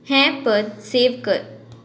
हें पद सेव कर